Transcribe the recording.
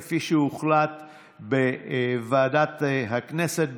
כפי שהוחלט בוועדת הכנסת,